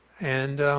and